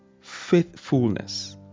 faithfulness